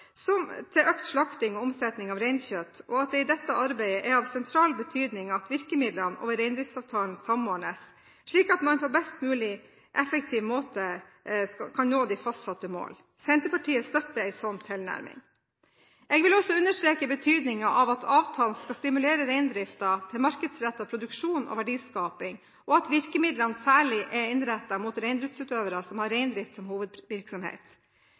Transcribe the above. som bidrar til økt slakting og omsetning av reinkjøtt, og at det i dette arbeidet er av sentral betydning at virkemidlene over reindriftsavtalen samordnes, slik at man på mest mulig effektiv måte kan nå de fastsatte mål. Senterpartiet støtter en slik tilnærming. Jeg vil også understreke betydningen av at avtalen skal stimulere reindriften til markedsrettet produksjon og verdiskaping, og at virkemidlene særlig er innrettet mot reindriftsutøvere som har reindrift som